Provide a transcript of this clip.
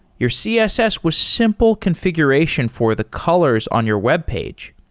your css was simple configuration for the colors on your webpage.